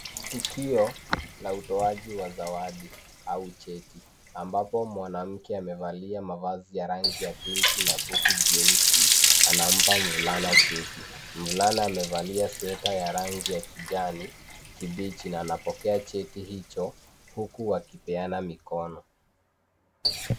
Ni tulip, la utoaji wa zawadi, au cheti ambapo mwanamke amevalia mavazi ya pinki, na koti jeusi, anampa mvulana cheti. Mvulana amevalia sweater ya rangi ya kijani kibichi na anapokea cheti hicho, huku akipeana mikono.